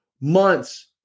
months